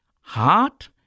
heart